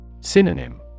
Synonym